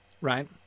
right